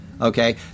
okay